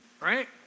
right